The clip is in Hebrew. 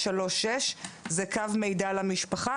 זה 07-47556136 07-47556136 זה קו מידע למשפחה